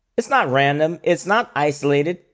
it's not random. it's not isolated.